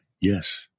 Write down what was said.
Yes